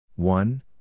One